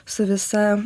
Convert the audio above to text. su visa